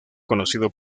conocido